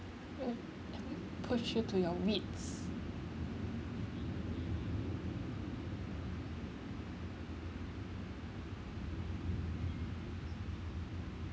push you to your wits